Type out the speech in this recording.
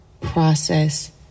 process